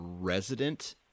resident